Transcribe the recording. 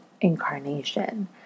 incarnation